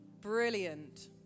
Brilliant